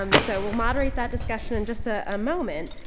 um so, we'll moderate that discussion in just a, a moment.